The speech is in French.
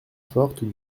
forte